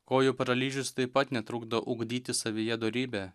kojų paralyžius taip pat netrukdo ugdyti savyje dorybę